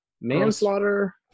manslaughter